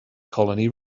colony